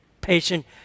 patient